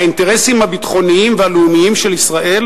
האינטרסים הביטחוניים והלאומיים של ישראל,